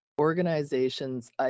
organizations